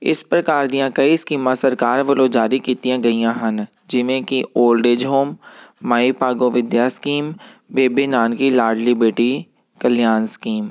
ਇਸ ਪ੍ਰਕਾਰ ਦੀਆਂ ਕਈ ਸਕੀਮਾਂ ਸਰਕਾਰ ਵੱਲੋਂ ਜਾਰੀ ਕੀਤੀਆਂ ਗਈਆਂ ਹਨ ਜਿਵੇਂ ਕਿ old age home Mai Bhago Vidya scheme Bebe Nanaki Ladli Beti Kalyan scheme